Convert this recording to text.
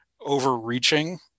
overreaching